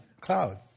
cloud